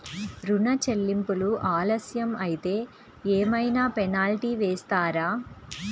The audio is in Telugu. ఋణ చెల్లింపులు ఆలస్యం అయితే ఏమైన పెనాల్టీ వేస్తారా?